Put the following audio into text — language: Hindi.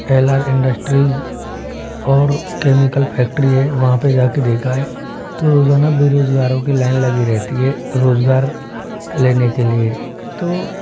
एल आर इंडस्ट्रीज और केमिकल फैक्ट्री है वहाँ पे जा के देखा है तो रोजाना बेरोजगारों की लाइन लगी रहती है रोजगार लेने के लिए तो